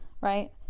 right